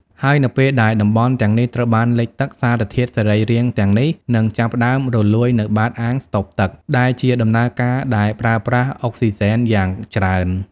ហើយនៅពេលដែលតំបន់ទាំងនេះត្រូវបានលិចទឹក សារធាតុសរីរាង្គទាំងនេះនឹងចាប់ផ្តើមរលួយនៅបាតអាងស្តុកទឹក ដែលជាដំណើរការដែលប្រើប្រាស់អុកស៊ីហ្សែនយ៉ាងច្រើន។